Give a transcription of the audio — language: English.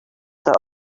that